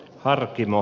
harkimo